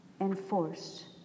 enforced